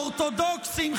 אורתודוקסים,